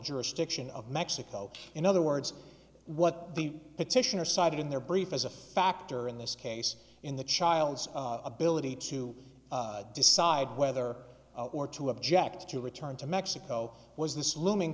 jurisdiction of mexico in other words what the petitioner cited in their brief as a factor in this case in the child's ability to decide whether or to object to return to mexico was this looming